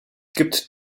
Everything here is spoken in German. gibt